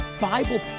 Bible